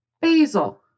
basil